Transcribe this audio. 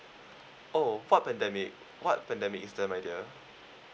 oh for pandemic what pandemic is that my dear